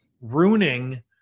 ruining